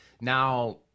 Now